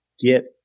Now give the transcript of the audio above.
get